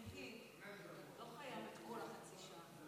מיקי, לא חייבים את כל החצי שעה.